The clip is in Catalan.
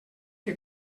que